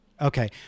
okay